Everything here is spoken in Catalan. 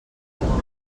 venim